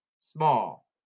Small